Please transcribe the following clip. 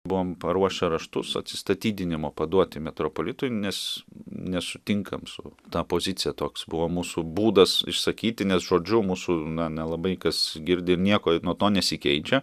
buvom paruošę raštus atsistatydinimo paduoti metropolitui nes nesutinkam su ta pozicija toks buvo mūsų būdas išsakyti nes žodžiu mūsų na nelabai kas girdi ir nieko nuo to nesikeičia